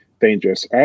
dangerous